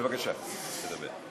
בבקשה, תדבר.